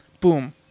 Boom